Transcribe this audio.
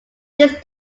this